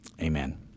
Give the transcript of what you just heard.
Amen